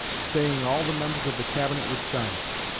saying all the members of the cabinet would sign it.